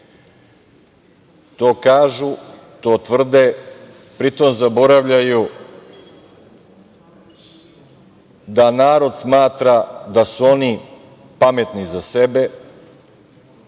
To kažu, to tvrde, pritom zaboravljaju da narod smatra da su oni pametni za sebe,